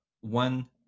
one